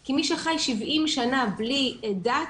כי מי שחי 70 שנה בלי דת,